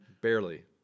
Barely